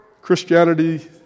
Christianity